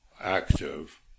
active